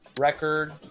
record